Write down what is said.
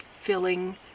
filling